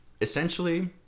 Essentially